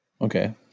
Okay